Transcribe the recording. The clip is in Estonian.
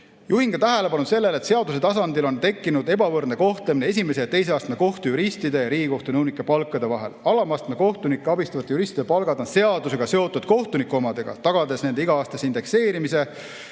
Juhin ka tähelepanu sellele, et seaduse tasandil on tekkinud ebavõrdsus esimese ja teise astme kohtujuristide ning Riigikohtu nõunike palkade vahel. Alama astme kohtunikke abistavate juristide palk on seadusega seotud kohtunike omaga, on tagatud nende iga-aastane indekseerimine,